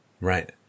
Right